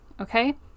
okay